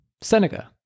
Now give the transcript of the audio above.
Seneca